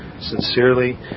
Sincerely